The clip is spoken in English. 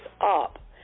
up